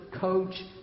coach